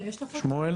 שמואל